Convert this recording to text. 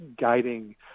guiding